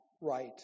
right